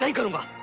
like grandma.